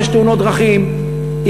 תאונות דרכים,